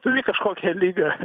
turi kažkokią ligą